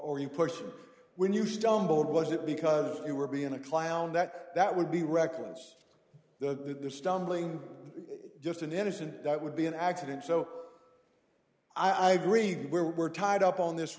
you pushed when you stumbled was it because you were being a clown that that would be reckless the stumbling just an innocent that would be an accident so i've read where we're tied up on this